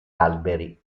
alberi